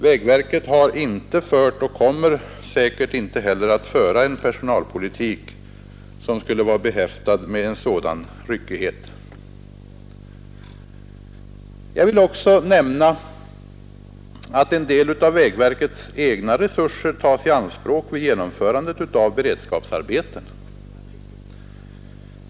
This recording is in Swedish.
Vägverket har inte fört och kommer säkert inte heller att föra en personalpolitik som är behäftad med en sådan ryckighet. Jag vill också nämna att en del av vägverkets egna resurser tas i anspråk vid genomförandet av beredskapsarbetena.